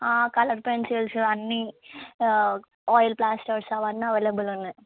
colour pencils అన్నీ oil pastels అవన్నీ available ఉన్నాయి